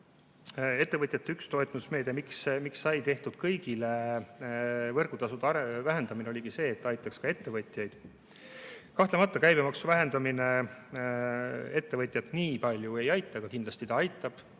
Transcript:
Ettevõtjate üks toetusmeede, miks sai tehtud kõigile võrgutasude vähendamine, oligi see, et ta aitaks ka ettevõtjaid. Kahtlemata, käibemaksu vähendamine ettevõtjat nii palju ei aita, aga kindlasti ta aitab,